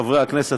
חברי הכנסת,